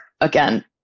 again